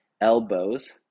elbows